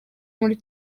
muri